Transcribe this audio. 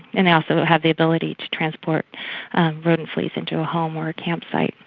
and they also have the ability to transport rodent fleas into a home or a campsite.